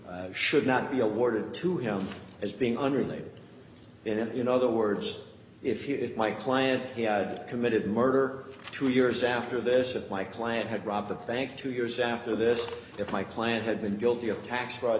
or should not be awarded to him as being under labor in other words if my client he had committed murder two years after this if my client had robbed the bank two years after this if my client had been guilty of tax fraud